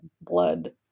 blood